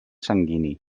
sanguini